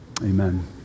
amen